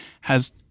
has-